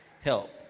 Help